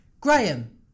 Graham